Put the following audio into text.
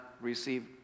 receive